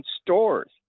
stores